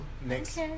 next